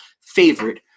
favorite